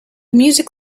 music